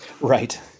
Right